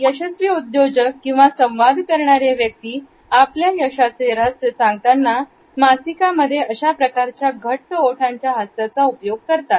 यशस्वी उद्योजक किंवा संवाद करणारे व्यक्ती आपल्या यशाचे रहस्य सांगताना मासिकांमध्ये अशा प्रकारच्या घट्ट ओठांच्या हास्याचा उपयोग करतात